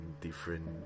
different